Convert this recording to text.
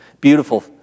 Beautiful